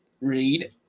read